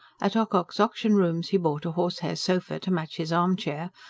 at ocock's auction rooms he bought a horsehair sofa to match his armchair,